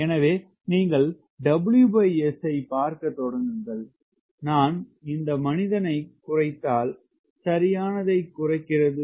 எனவே நீங்கள் WS ஐப் பார்க்கத் தொடங்குங்கள் நான் இந்த மனிதனைக் குறைத்தால் சரியானதைக் குறைக்கிறது